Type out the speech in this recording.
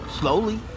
slowly